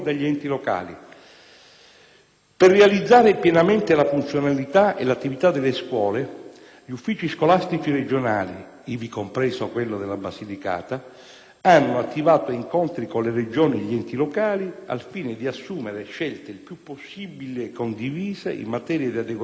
Per realizzare pienamente la funzionalità e l'attività delle scuole, gli uffici scolastici regionali - ivi compreso quello della Basilicata - hanno attivato incontri con le Regioni e gli Enti locali al fine di assumere scelte il più possibile condivise in materia di adeguamento degli organici